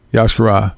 Yashkara